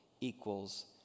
equals